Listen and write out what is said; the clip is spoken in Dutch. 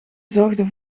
zorgde